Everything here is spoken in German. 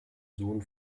sohn